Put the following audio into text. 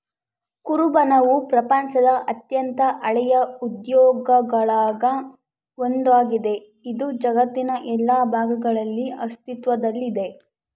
ಕುರುಬನವು ಪ್ರಪಂಚದ ಅತ್ಯಂತ ಹಳೆಯ ಉದ್ಯೋಗಗುಳಾಗ ಒಂದಾಗಿದೆ, ಇದು ಜಗತ್ತಿನ ಎಲ್ಲಾ ಭಾಗಗಳಲ್ಲಿ ಅಸ್ತಿತ್ವದಲ್ಲಿದೆ